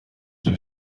توی